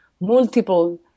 multiple